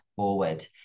forward